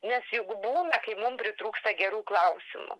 nes juk būna kai mum pritrūksta gerų klausimų